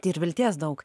tai ir vilties daug